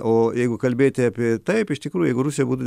o jeigu kalbėti apie taip iš tikrųjų jeigu rusija būtų